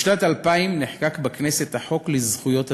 בשנת 2000 נחקק בכנסת החוק לזכויות התלמיד.